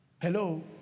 Hello